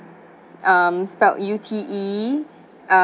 um spelled U T E um